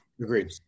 agreed